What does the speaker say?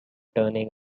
turning